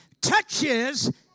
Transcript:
touches